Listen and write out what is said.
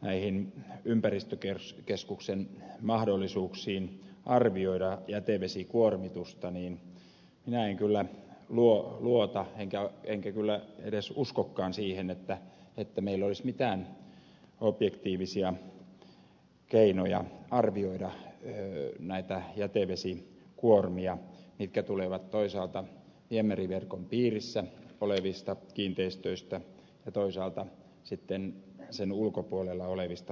näihin ympäristökeskuksen mahdollisuuksiin arvioida jätevesikuormitusta niin minä en kyllä luota enkä kyllä edes uskokaan siihen että meillä olisi mitään objektiivisia keinoja arvioida näitä jätevesikuormia mitkä tulevat toisaalta viemäriverkon piirissä olevista kiinteistöistä ja toisaalta sen ulkopuolella olevista kiinteistöistä